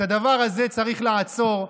את הדבר הזה צריך לעצור.